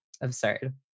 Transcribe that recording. absurd